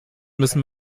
müssen